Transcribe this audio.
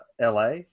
LA